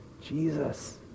Jesus